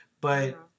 but-